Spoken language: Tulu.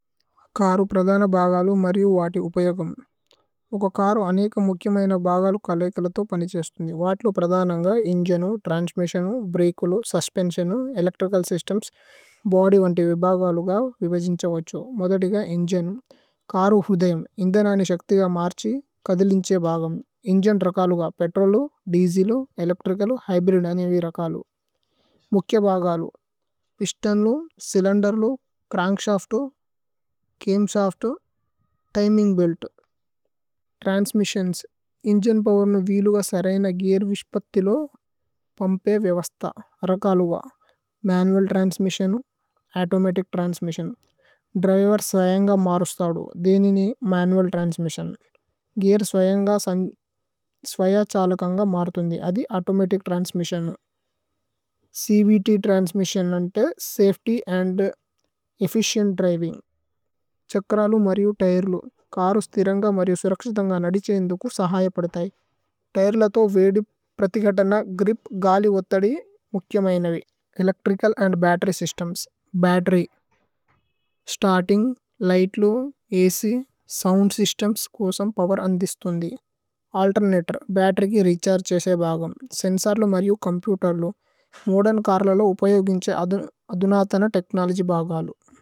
കരമ് പരദനബഗലലമ് മരിഅമ് വാദി ഉപയഗമമ് കരമ് പരദനന്ഗ ഇന്ജനമ്, തരനസമിശനമ്, ബരികലമ്, സസപിന്ഛനമ്, ഇലകതരകല സിസതമുസ്, ബോദ്യ് വിബഗലന്ഗ വ തരനസമിശനമ്। ഇന്ജനപവരനമ് വിലവ സരയന ഗിയരവിശപഥ പമപിയവസഥ, രകലഗ, മനവല തരനസമിശ തരനസമിശനമ്। ച്വ്ത് തരനസമിശനമ് അന്തി സഫതി അന്ദ് ഏഫ്ഫിചിഏന്ത് ദരിവിമ്, ഛകരലമ് മരിഅമ് തയരലമ്, കരമ് സതിരന്ഗ മരിഅമ് സരകശദന്ഗ നദിഛിഅന്ദഗമ് സഹയപദിഥയി। തയരലഥമ് വിദി പരതിഗതനന് ഗിരിപ, ഗലി ഉതതദി മഛിഅമയനവി। Electrical and battery സിസതമച്യ്।